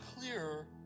clearer